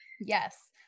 Yes